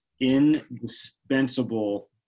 indispensable